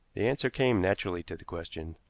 the answer came naturally to the question.